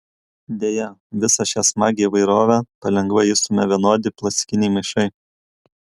deja visą šią smagią įvairovę palengva išstumia vienodi plastikiniai maišai